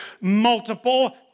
multiple